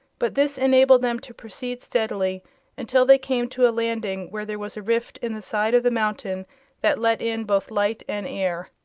but this enabled them to proceed steadily until they came to a landing where there was a rift in the side of the mountain that let in both light and air.